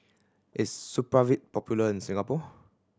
is Supravit popular in Singapore